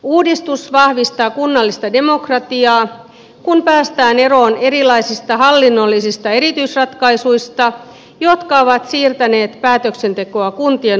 uudistus vahvistaa kunnallista demokratiaa kun päästään eroon erilaisista hallinnollisista erityisratkaisuista jotka ovat siirtäneet päätöksentekoa kuntien ulkopuolelle